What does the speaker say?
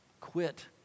quit